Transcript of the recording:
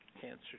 cancer